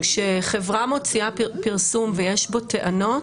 כשחברה מוציאה פרסום ויש בו טענות,